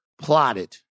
plotted